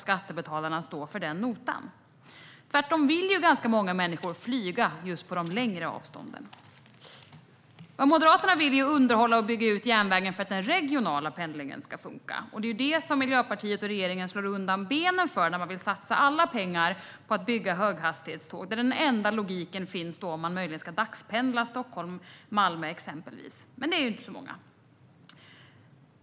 Många människor vill ju faktiskt flyga när det är längre avstånd. Moderaterna vill underhålla och bygga ut järnvägen för att den regionala pendlingen ska funka. Detta slår regeringen undan benen för när man vill satsa alla pengar på att bygga höghastighetsjärnväg. Det finns det bara logik i om man dagspendlar mellan Stockholm och Malmö, och det gör inte så många.